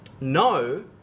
no